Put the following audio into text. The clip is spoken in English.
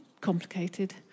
complicated